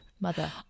mother